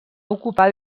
ocupar